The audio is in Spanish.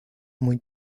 muy